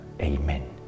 Amen